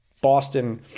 Boston